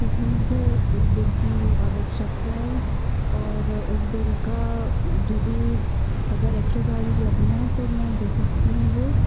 क्योंकि मुझे उस बिल की आवश्यकता है और उस बिल का जो भी अगर एक्स्ट्रा चार्ज लगा है तो मैं दे सकती हूँ वो